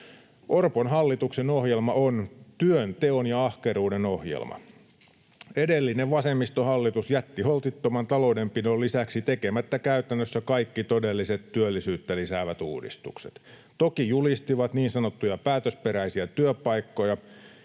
Orpon hallituksen ohjelma on työnteon ja ahkeruuden ohjelma. Edellinen, vasemmistohallitus jätti holtittoman taloudenpidon lisäksi tekemättä käytännössä kaikki todelliset työllisyyttä lisäävät uudistukset, toki julistivat niin sanottuja päätösperäisiä työpaikkoja,